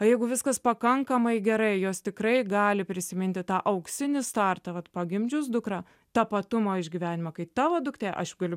jeigu viskas pakankamai gerai jos tikrai gali prisiminti tą auksinį startą vat pagimdžius dukrą tapatumo išgyvenimą kai tavo duktė aš galiu